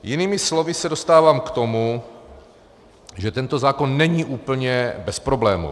Jinými slovy se dostávám k tomu, že tento zákon není úplně bezproblémový.